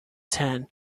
tan